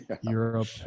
Europe